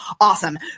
awesome